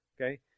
Okay